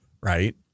right